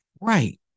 Right